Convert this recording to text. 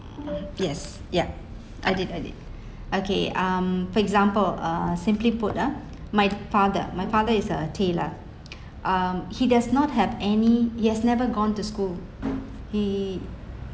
yes yup I did I did okay um for example uh simply put ah my father my father is a tailor uh he does not have any he's has never gone to school he